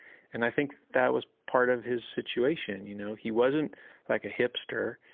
and i think that was part of his situation. you know he wasn't like a hipster.